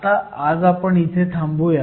आता आज आपण इथे थांबुयात